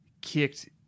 kicked